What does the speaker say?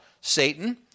Satan